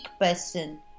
person